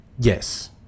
Yes